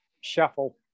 shuffle